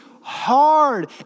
hard